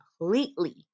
completely